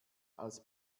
als